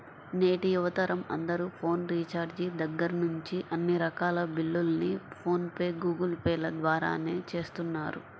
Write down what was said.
నేటి యువతరం అందరూ ఫోన్ రీఛార్జి దగ్గర్నుంచి అన్ని రకాల బిల్లుల్ని ఫోన్ పే, గూగుల్ పే ల ద్వారానే చేస్తున్నారు